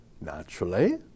naturally